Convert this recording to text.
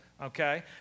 Okay